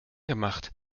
gemacht